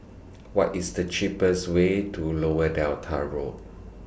What IS The cheapest Way to Lower Delta Road